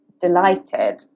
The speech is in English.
delighted